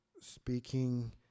speaking